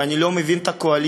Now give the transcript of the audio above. ואני לא מבין את הקואליציה.